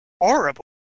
horrible